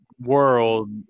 world